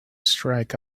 strike